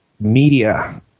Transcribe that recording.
media